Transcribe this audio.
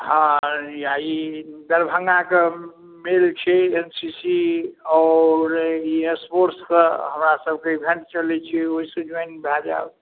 हँ या ई दरभङ्गा कऽ मेल छै एन सी सी आओर एयरफोर्स कऽ हमरा सभकऽ इभेन्ट चलैत छै ओहिसँ जोइन भए जायब